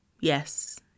yes